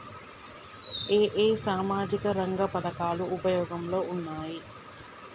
ఏ ఏ సామాజిక రంగ పథకాలు ఉపయోగంలో ఉన్నాయి?